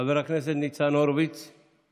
חבר הכנסת ניצן הורוביץ;